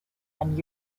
and